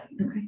Okay